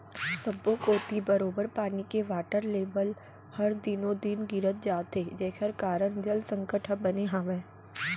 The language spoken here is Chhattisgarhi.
सब्बो कोती बरोबर पानी के वाटर लेबल हर दिनों दिन गिरत जात हे जेकर कारन जल संकट ह बने हावय